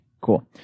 Cool